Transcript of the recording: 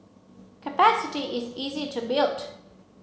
capacity is easy to build